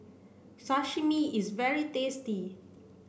Sashimi is very tasty